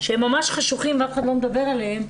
שהם ממש חשוכים ואף אחד לא מדבר עליהם,